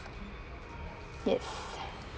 yes